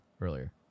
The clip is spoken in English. earlier